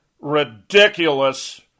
ridiculous